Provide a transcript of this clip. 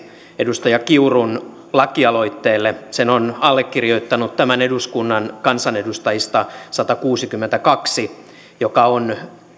edustaja kiurun lakialoitteelle sen on allekirjoittanut tämän eduskunnan kansanedustajista satakuusikymmentäkaksi mikä on